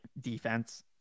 defense